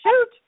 shoot